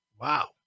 Wow